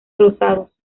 rosados